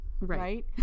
right